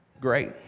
Great